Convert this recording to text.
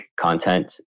content